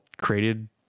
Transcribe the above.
created